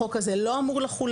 החוק הזה לא אמור לחול,